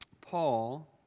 Paul